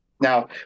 Now